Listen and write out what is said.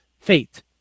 fate